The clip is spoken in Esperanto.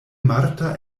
marta